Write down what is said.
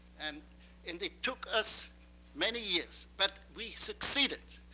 and and it took us many years, but we succeeded,